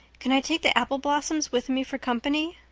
can i take the apple blossoms with me for company?